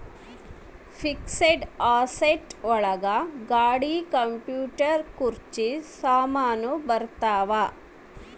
fixed asset ಒಳಗ ಗಾಡಿ computer ಕುರ್ಚಿ ಸಾಮಾನು ಬರತಾವ